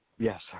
Yes